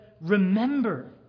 remember